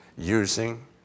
using